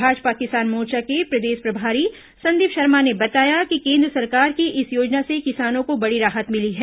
भाजपा किसान मोर्चा के प्रदेश प्रभारी संदीप शर्मा ने बताया कि केन्द्र सरकार की इस योजना से किसानों को बड़ी राहत मिली है